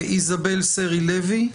איזבל סרי לוי,